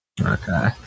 Okay